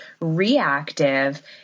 reactive